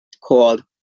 called